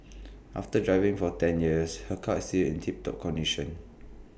after driving for ten years her car is still in tip top condition